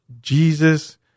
Jesus